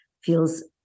feels